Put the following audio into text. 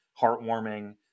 heartwarming